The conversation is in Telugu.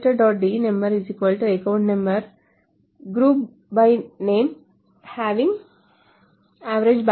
ano GROUP BY bname HAVING avg 10000